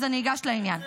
אז אני אגש לעניין.